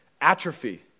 atrophy